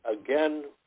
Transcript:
again